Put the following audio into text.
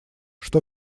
что